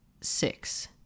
six